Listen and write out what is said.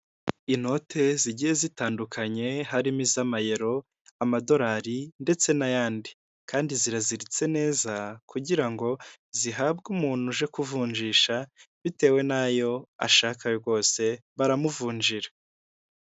Inote zigiye zitandukanye harimo iz'amayero amadorari ndetse n'ayandi, kandi ziraziritse neza kugira ngo zihabwe umuntu uje kuvunjisha, bitewe n'ayo ashaka rwose baramuvunjira.